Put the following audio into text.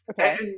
okay